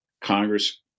Congress